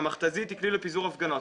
שהמכת"זית ה יא כלי לפיזור הפגנות.